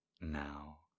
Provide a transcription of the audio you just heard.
Now